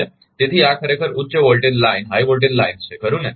તેથી આ ખરેખર ઉચ્ચ વોલ્ટેજ લાઇન છે ખરુ ને